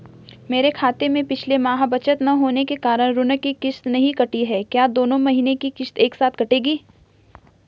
मेरे खाते में पिछले माह बचत न होने के कारण ऋण की किश्त नहीं कटी है क्या दोनों महीने की किश्त एक साथ कटेगी?